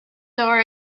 door